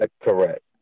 Correct